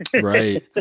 Right